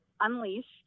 unleashed